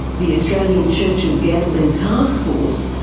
the australian churches gaming taskforce,